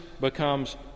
becomes